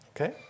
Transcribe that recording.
okay